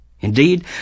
Indeed